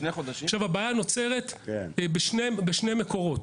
הבעיה נוצרת בשתי נקודות